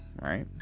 right